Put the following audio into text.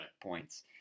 points